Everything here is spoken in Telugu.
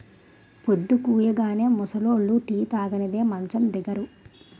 పొద్దుకూయగానే ముసలోళ్లు టీ తాగనిదే మంచం దిగరు